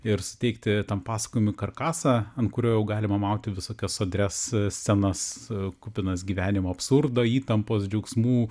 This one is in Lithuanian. ir suteikti tam pasakojimui karkasą ant kurio jau galima mauti visokias sodrias scenas kupinas gyvenimo absurdo įtampos džiaugsmų